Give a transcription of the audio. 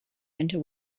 into